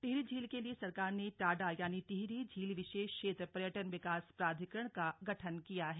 टिहरी झील के लिए सरकार ने टाडा यानि टिहरी झील विशेष क्षेत्र पर्यटन विकास प्राधिकरण का गठन किया हैं